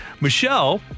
Michelle